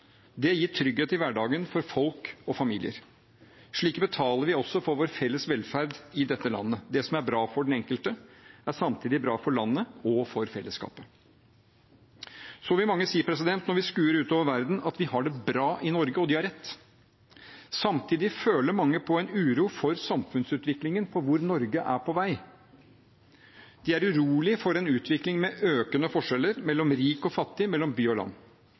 det gir trygghet i hverdagen for folk og familier. Slik betaler vi også for vår felles velferd i dette landet. Det som er bra for den enkelte, er samtidig bra for landet og for fellesskapet. Så vil mange si – når vi skuer utover verden – at vi har det bra i Norge, og de har rett. Samtidig føler mange en uro for samfunnsutviklingen og for hvor Norge er på vei. De er urolige for en utvikling med økende forskjeller mellom rik og fattig og mellom by og land,